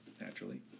Naturally